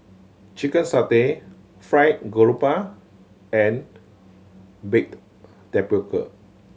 chicken satay fried grouper and baked tapioca